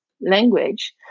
language